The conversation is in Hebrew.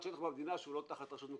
שורה תחתונה,